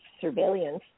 Surveillance